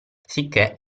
sicché